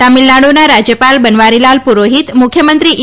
તામિલનાડુના રાજ્યપાલ બનવારીલાલ પુરોહિત મુખ્યમંત્રી ઈ